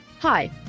Hi